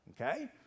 okay